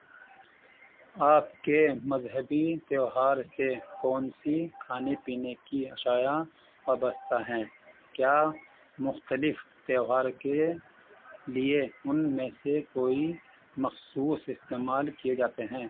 آپ کے مذہبی تیوہار سے کون سی کھانے پینے کی اشیا وابستہ ہیں کیا مختلف تیوہار کے لیے ان میں سے کوئی مخصوص استعمال کیے جاتے ہیں